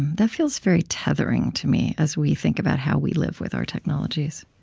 that feels very tethering to me, as we think about how we live with our technologies